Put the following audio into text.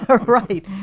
Right